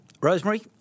Rosemary